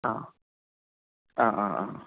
ആ ആ ആ ആ